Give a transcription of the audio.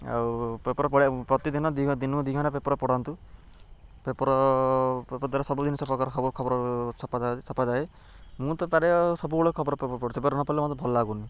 ଆଉ ପେପର୍ ପଢିବାକୁ ପ୍ରତିଦିନ ଦି ଦିନକୁ ଦୁଇ ଘଣ୍ଟା ପେପର୍ ପଢ଼ନ୍ତୁ ପେପର୍ ପେପର୍ ଦ୍ୱାରା ସବୁ ଜିନିଷ ପ୍ରକାର ଖବ ଖବର ଛପା ଛପା ଯାଏ ମୁଁ ତ ପ୍ରାୟ ସବୁବେଳେ ଖବର ପେପର୍ ପଢୁଛି ପେପର୍ ନ ପଢିଲେ ମୋତେ ଭଲ ଲାଗୁନି